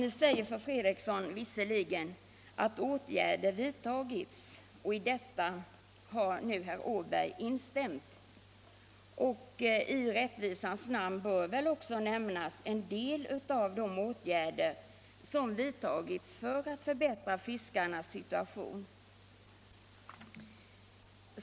Nu säger fru Fredrikson visserligen att åtgärder vidtagits, och i detta har Per Åberg instämt. I rättvisans namn bör väl också nämnas de åtgärder som vidtagits för att förbättra fiskarnas situation.